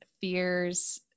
fears